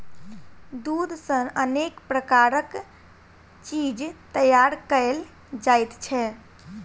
दूध सॅ अनेक प्रकारक चीज तैयार कयल जाइत छै